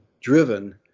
driven